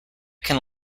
can